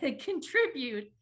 contribute